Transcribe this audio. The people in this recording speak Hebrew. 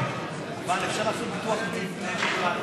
אבל אפשר לעשות ביטוח מבנה בלבד,